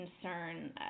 concern